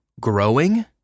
growing